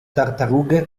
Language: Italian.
tartarughe